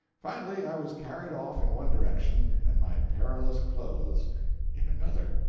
finally i was carried off in one direction, and my perilous clothes in another.